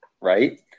right